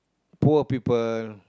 poor people